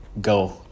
go